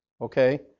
Okay